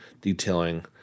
detailing